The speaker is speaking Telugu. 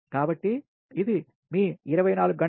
కాబట్టి ఇది మీ 24 గంటలు